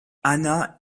anna